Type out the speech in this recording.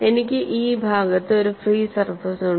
എനിക്ക് ഈ ഭാഗത്ത് ഒരു ഫ്രീ സർഫസ് ഉണ്ട്